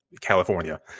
California